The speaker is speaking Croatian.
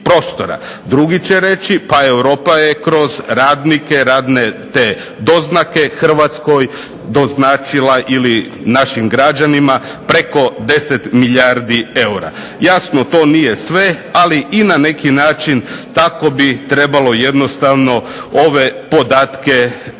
Drugi će reći pa Europa je kroz radnike, radne te doznake Hrvatskoj doznačila ili našim građanima preko 10 milijardi eura. Jasno to nije sve, ali i na neki način tako bi trebalo jednostavno ove podatke promatrati.